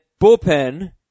Bullpen